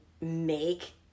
make